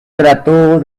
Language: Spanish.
trató